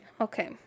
okay